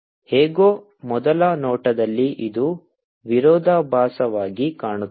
ಹೇಗೋ ಮೊದಲ ನೋಟದಲ್ಲಿ ಇದು ವಿರೋಧಾಭಾಸವಾಗಿ ಕಾಣುತ್ತದೆ